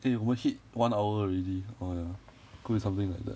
eh 我们 hit one hour already or ya could be something like that